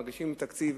מגישים תקציב,